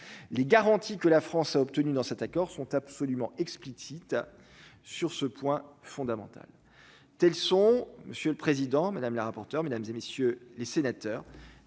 les garanties que la France a obtenu dans cet accord sont absolument explicites sur ce point fondamental : telles sont, monsieur le président, madame la rapporteure, mesdames et messieurs les sénateurs,